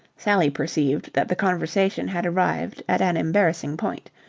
sally perceived that the conversation had arrived at an embarrassing point.